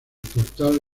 portal